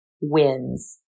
wins